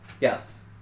Yes